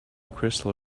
crystal